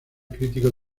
crítico